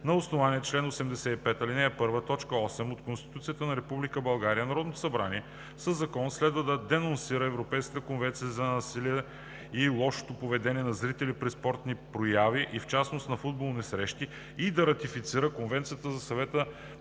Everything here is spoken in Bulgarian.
На основание чл. 85, ал. 1, т. 8 от Конституцията на Република България Народното събрание със закон следва да денонсира Европейската конвенция за насилието и лошото поведение на зрители при спортни прояви и в частност на футболни срещи и да ратифицира Конвенцията на Съвета